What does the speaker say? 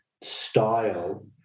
style